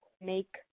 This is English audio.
make